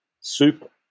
soup